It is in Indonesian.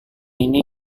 ini